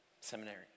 Seminary